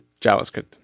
JavaScript